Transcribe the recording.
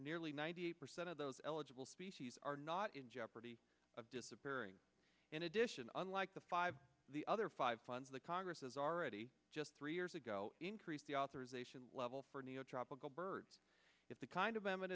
nearly ninety percent of those eligible species are not in jeopardy of disappearing in addition unlike the five the other five funds that congress has already just three years ago increased the authorization level for neo tropical birds it's the kind of them